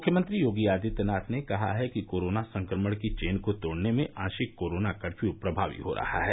मुख्यमंत्री योगी आदित्यनाथ कहा है कि कोरोना संक्रमण की चेन को तोड़ने में आंशिक कोरोना कर्फ्यू प्रभावी हो रहा है